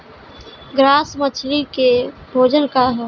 Grass मछली के भोजन का ह?